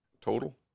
total